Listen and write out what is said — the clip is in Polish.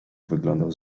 wyglądał